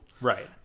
Right